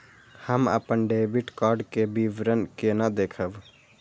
हम अपन debit card के विवरण केना देखब?